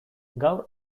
gaur